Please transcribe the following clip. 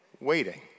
waiting